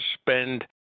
spend